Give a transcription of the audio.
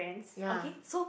and okay so